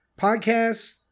podcasts